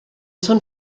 són